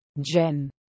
Jen